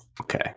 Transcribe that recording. Okay